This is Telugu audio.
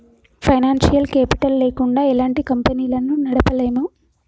ఫైనాన్సియల్ కేపిటల్ లేకుండా ఎలాంటి కంపెనీలను నడపలేము